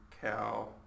cow